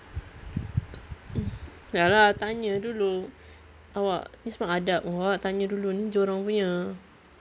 ya lah tanya dulu awak ini semua adab awak tanya dulu ni dorang punya